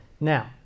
now